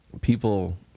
people